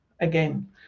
again